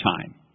time